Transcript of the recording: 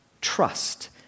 trust